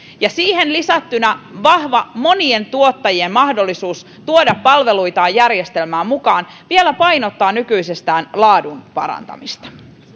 ja siihen lisättynä vahva monien tuottajien mahdollisuus tuoda palveluitaan järjestelmään mukaan vielä painottaa nykyisestään laadun parantamista